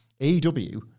AEW